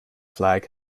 flag